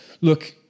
look